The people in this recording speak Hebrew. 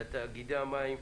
לתאגידי המים,